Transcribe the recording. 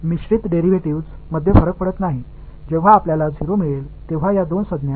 எனவே கலப்பு டிரைவேடிவ் களில் வரிசை ஒரு பொருட்டல்ல